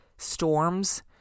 Storms